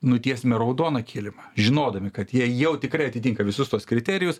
nutiesime raudoną kilimą žinodami kad jie jau tikrai atitinka visus tuos kriterijus